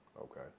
Okay